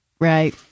right